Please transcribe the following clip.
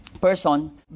person